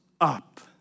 up